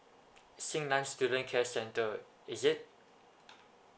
xingnan student care centre is it